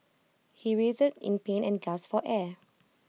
he writhed in pain and gasped for air